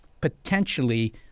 potentially